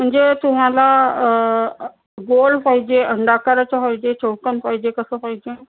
म्हणजे तुम्हाला गोल पाहिजे अंडाकाराचा पाहिजे चौकोन पाहिजे कसं पाहिजे